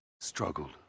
struggled